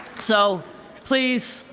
so please,